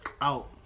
out